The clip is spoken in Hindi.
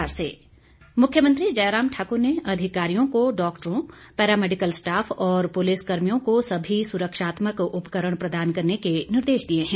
मुख्यमंत्री मुख्यमंत्री जयराम ठाकुर ने अधिकारियों को डॉक्टरों पैरामैडिकल स्टाफ और पुलिस कर्मियों को सभी सुरक्षात्मक उपकरण प्रदान करने के निर्देश दिए हैं